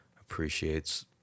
appreciates